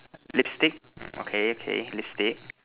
lipstick okay okay lipstick